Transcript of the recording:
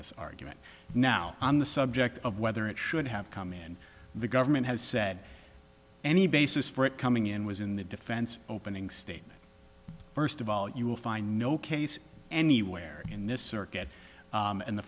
ss argument now on the subject of whether it should have come in and the government has said any basis for it coming in was in the defense opening statement first of all you will find no case anywhere in this circuit and the